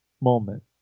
moment